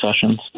sessions